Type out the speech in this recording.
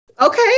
Okay